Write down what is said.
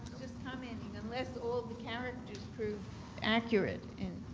just commenting, unless all the characters prove accurate. and